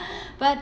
but